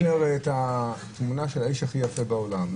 --- את התמונה של האיש הכי יפה בעולם.